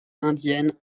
indiennes